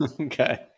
Okay